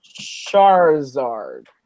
Charizard